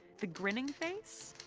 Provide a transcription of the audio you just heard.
the grinning face,